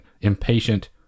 impatient